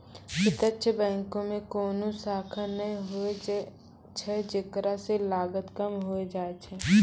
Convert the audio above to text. प्रत्यक्ष बैंको मे कोनो शाखा नै होय छै जेकरा से लागत कम होय जाय छै